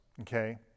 Okay